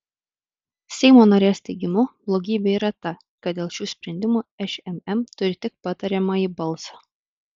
seimo narės teigimu blogybė yra ta kad dėl šių sprendimų šmm turi tik patariamąjį balsą